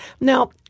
Now